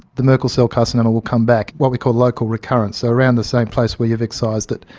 the merkel cell carcinoma will come back, what we call local recurrence, so around the same place we have excised it.